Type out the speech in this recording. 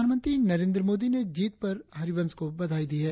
प्रधानमंत्री नंरेद मोदी ने जीत पर हरिवंश को बधाई दी है